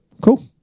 Cool